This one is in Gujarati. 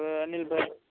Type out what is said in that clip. હવે અનિલભાઈ